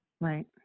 Right